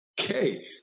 Okay